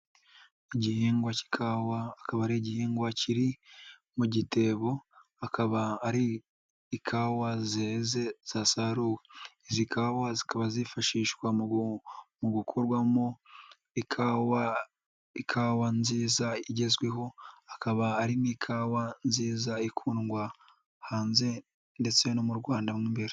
Igihingwa k'ikawa akaba ari igihingwa kiri mu gitebo, akaba ari ikawa zeze zasaruwe, zikaba zifashishwa mu gukorwamo ikawa, ikawa nziza igezweho, akaba ari n'ikawa nziza ikundwa hanze ndetse no mu Rwanda.